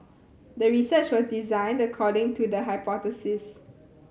the research was designed according to the hypothesis